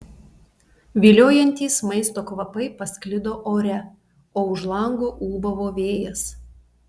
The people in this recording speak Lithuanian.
viliojantys maisto kvapai pasklido ore o už lango ūbavo vėjas